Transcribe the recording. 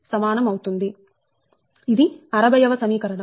ఇది 60 వ సమీకరణం